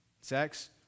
Sex